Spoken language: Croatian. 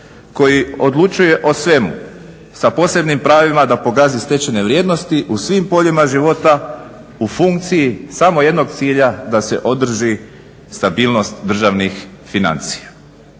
koji odlučuje o svemu sa posebnim pravima da pogazi stečene vrijednosti u svim poljima života u funkciji samo jednog cilja da se održi stabilnost državnih financija.